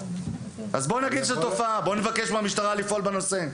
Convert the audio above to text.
אז בוא נגיד שזו תופעה ובוא נבקש מהמשטרה לפעול בנושא.